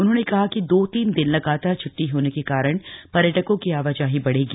उन्होंने कहा कि दो तीन दिन लगातार छुट्टी होने के कारण पर्यटकों की आवाजाही बढ़ेगी